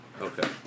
Okay